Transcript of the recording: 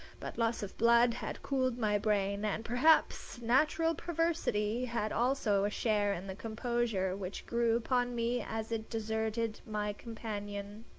but loss of blood had cooled my brain and, perhaps, natural perversity had also a share in the composure which grew upon me as it deserted my companion.